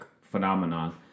phenomenon